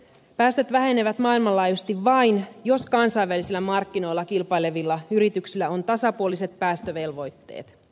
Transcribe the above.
päästöt vähenevät maailmanlaajuisesti vain jos kansainvälisillä markkinoilla kilpailevilla yrityksillä on tasapuoliset päästövelvoitteet